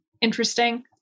interesting